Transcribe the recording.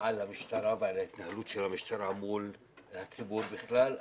על המשטרה ועל ההתנהלות של המשטרה מול הציבור בכלל,